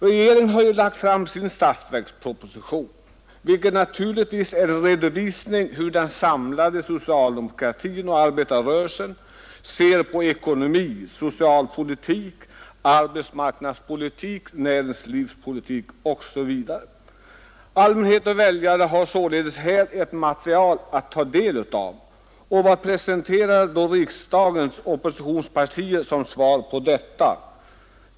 Regeringen har ju lagt fram sin statsverksproposition, vilken naturligtvis utgör en redovisning av hur den samlade socialdemokratin och arbetarrörelsen ser på ekonomin, socialpolitiken, arbetsmarknadspolitiken etc. Allmänhet och väljare har således här ett material att ta del av. Vad presenterar då riksdagens oppositionspartier som svar på detta?